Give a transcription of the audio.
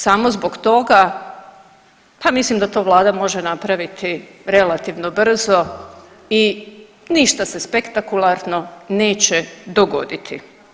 Samo zbog toga, pa mislim da to Vlada može napraviti relativno brzo i ništa se spektakularno neće dogoditi.